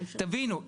תבינו,